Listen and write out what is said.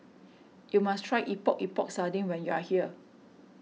you must try Epok Epok Sardin when you are here